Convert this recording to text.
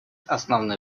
основные